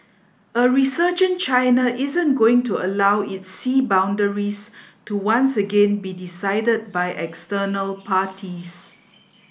a resurgent China isn't going to allow its sea boundaries to once again be decided by external parties